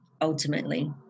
ultimately